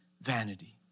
vanity